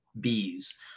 bees